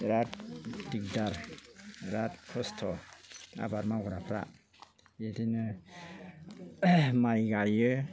बिराद दिगदार बिराद खस्थ' आबाद मावग्राफ्रा बिदिनो माइ गायो